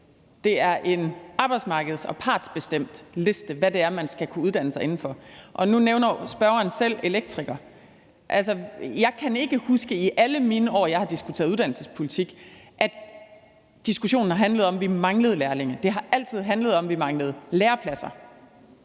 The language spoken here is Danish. Det er en arbejdsmarkeds- og partsbestemt liste, i forhold til hvad det er, man skal kunne uddanne sig inden for. Og nu nævner spørgeren selv elektrikere – altså, jeg kan ikke huske i alle de år, hvor jeg har diskuteret uddannelsespolitik, at diskussionen har handlet om, at vi manglede lærlinge. Det har altid handlet om, at vi manglede lærepladser.